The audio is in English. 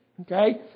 Okay